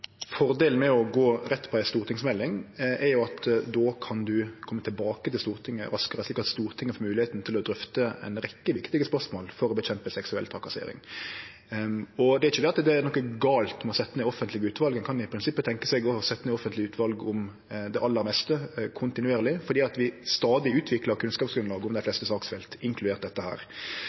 Fordelen med å gå rett på ei stortingsmelding er at då kan ein kome tilbake til Stortinget raskare, slik at Stortinget får moglegheita til å drøfte ei rekkje viktige spørsmål for å ta kampen mot seksuell trakassering. Det er ikkje det at det er noko gale med å setje ned offentlege utval, ein kan i prinsippet tenkje seg å setje ned offentlege utval om det aller meste, kontinuerleg, fordi vi stadig utviklar kunnskapsgrunnlaget om dei fleste saksfelt, inkludert dette.